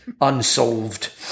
Unsolved